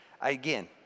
Again